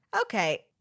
Okay